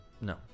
No